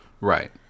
Right